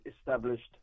established